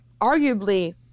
Arguably